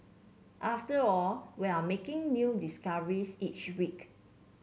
after all we're making new discoveries each week